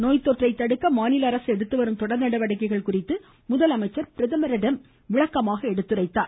நோய் தொற்றை தடுக்க மாநில அரசு எடுத்து வரும் தொடர் நடவடிக்கைகள் குறித்து முதலமைச்சர் பிரதமரிடம் விளக்கமாக எடுத்துரைத்தார்